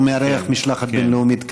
הוא מארח משלחת בין-לאומית כרגע.